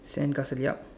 sandcastle ya